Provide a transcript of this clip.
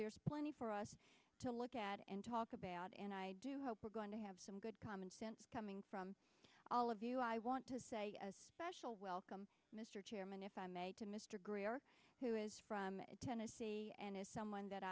there's plenty for us to look at and talk about and i do hope we're going to have some good common sense coming from all of you i want to say a special welcome mr chairman if i may to mr greer who is from tennessee and is someone that